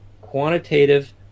quantitative